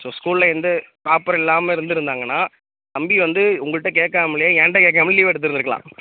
so ஸ்கூலில் எந்த ப்ராப்பரும் இல்லாமல் இருந்துருந்தாங்கன்னா தம்பி வந்து உங்கள்கிட்ட கேட்காமலே ஏன்கிட்ட கேட்காமலே லீவ் எடுத்துருக்கலாம்